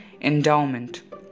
endowment